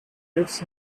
reefs